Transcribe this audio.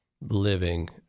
living